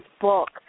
book